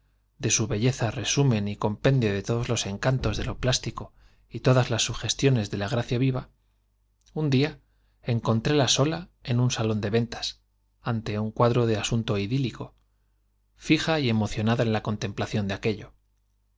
de su belleza resumen y compendio de todos los encantos de lo plástico y todas las sugestiones de la gracia viva un día en con tréla sola en un salón de ventas ante un cuadro de asunto idílico fija y emocionada en la de contemplación aquello